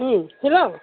औ हेलौ